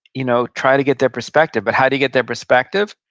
you know try to get their perspective. but how do you get their perspective?